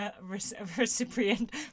recipient